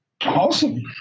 Awesome